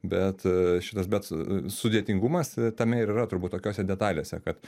bet šitas bet sudėtingumas tame ir yra turbūt tokiose detalėse kad